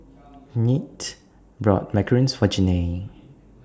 Kinte bought Macarons For Janae